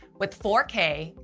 with four k,